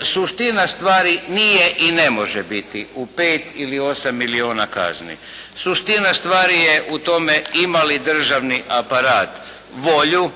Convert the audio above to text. suština stvari nije i ne može biti u pet ili 8 milijuna kazni. Suština stvari je u tome ima li državni aparat volju